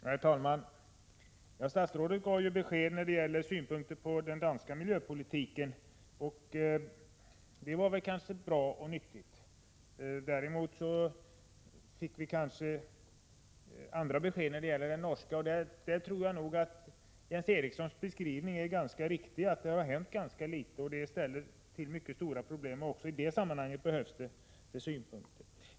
Herr talman! Statsrådet gav ju besked när det gäller synpunkter på den danska miljöpolitiken och det var bra och nyttigt. Däremot fick vi kanske andra besked när det gäller den norska miljöpolitiken. På den punkten tror jag nog att Jens Erikssons beskrivning är riktig. Det har hänt ganska litet, och det ställer till mycket stora problem. Också i det sammanhanget behövs synpunkter.